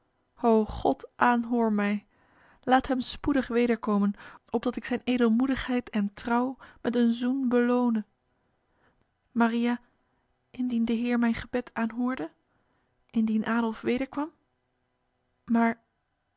o god aanhoor mij laat hem spoedig wederkomen opdat ik zijn edelmoedigheid en trouw met een zoen belone maria indien de heer mijn gebed aanhoorde indien adolf wederkwam maar